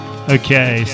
Okay